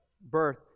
birth